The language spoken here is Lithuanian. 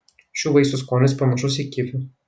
šių vaisių skonis panašus į kivių